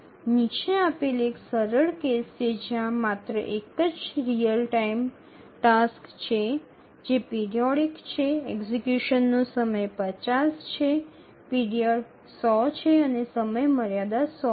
નીચે આપેલ એક સરળ કેસ છે જ્યાં માત્ર એક જ રીઅલ ટાઇમ ટાસ્ક છે જે પિરિયોડિક છે એક્ઝિકયુશનનો સમય ૫0 છે પીરિયડ ૧00 છે અને સમયમર્યાદા ૧00 છે